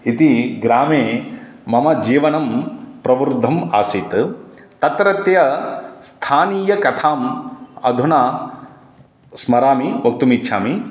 इति ग्रामे मम जीवनं प्रवृद्धं आसीत् तत्रत्य स्थानीय कथां अधुना स्मरामि वक्तुमिच्छामि